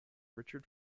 richard